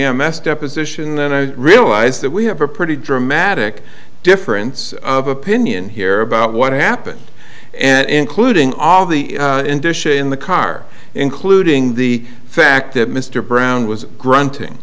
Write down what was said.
m s deposition and i realize that we have a pretty dramatic difference of opinion here about what happened and including all the indicia in the car including the fact that mr brown was granting